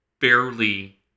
barely